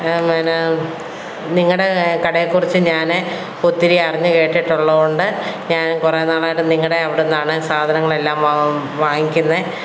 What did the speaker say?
പിന്നെ നിങ്ങളുടെ കടയേ കുറിച്ചു ഞാൻ ഒത്തിരി അറിഞ്ഞു കേട്ടിട്ടുള്ളതു കൊണ്ട് ഞാൻ കുറേ നാളായിട്ട് നിങ്ങളുടെ അവിടെ നിന്നാണ് സാധനങ്ങളെല്ലാം വാങ് വാങ്ങിക്കുന്നത്